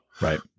Right